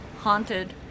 haunted